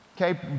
okay